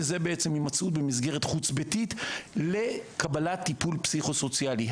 וזה בעצם הימצאות במסגרת חוץ ביתית לקבלת טיפול פסיכו-סוציאלי.